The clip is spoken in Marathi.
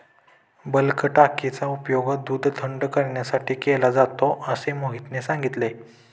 बल्क टाकीचा उपयोग दूध थंड करण्यासाठी केला जातो असे मोहितने सांगितले